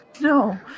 No